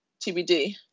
tbd